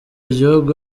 gihugu